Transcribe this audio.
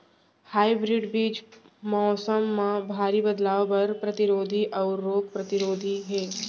hybrid बीज मौसम मा भारी बदलाव बर परतिरोधी अऊ रोग परतिरोधी हे